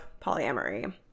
polyamory